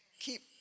Keep